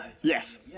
Yes